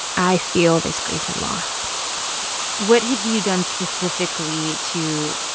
i feel this grief and loss what have you done specifically to,